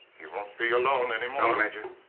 he won't be alone anymore. don't, major.